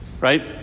Right